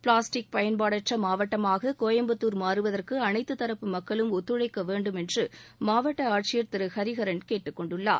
plastic பயன்பாடற்ற மாவட்டமாக கோயம்புத்தூர் மாறுவதற்கு அனைத்து தரப்பு மக்களும் ஒத்துழைக்க வேண்டும் என்று மாவட்ட ஆட்சியர் திரு ஹரிகரன் கேட்டுக் கொண்டுள்ளார்